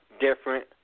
different